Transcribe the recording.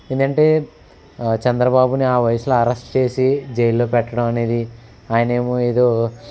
ఎందుకంటే చంద్రబాబుని ఆ వయసులో అరెస్ట్ చేసి జైల్లో పెట్టడం అనేది ఆయనేమో ఏదో